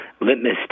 litmus